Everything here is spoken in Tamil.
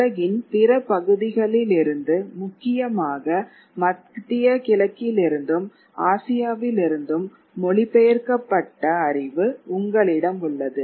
உலகின் பிற பகுதிகளிலிருந்து முக்கியமாக மத்திய கிழக்கிலிருந்தும் ஆசியாவிலிருந்தும் மொழிபெயர்க்கப்பட்ட அறிவு உங்களிடம் உள்ளது